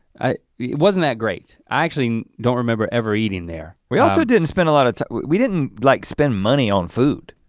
it wasn't that great. i actually don't remember ever eating there. we also didn't spend a lot of time, we didn't like spend money on food.